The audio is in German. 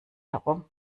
herum